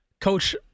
Coach